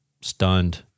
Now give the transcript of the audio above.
stunned